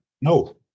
No